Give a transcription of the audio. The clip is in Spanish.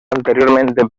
anteriormente